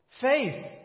Faith